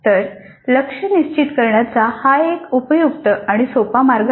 तर लक्ष्य निश्चित करण्याचा हा एक उपयुक्त आणि सोपा मार्ग आहे